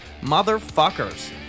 motherfuckers